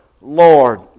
Lord